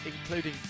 including